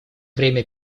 время